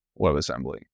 WebAssembly